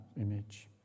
image